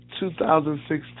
2016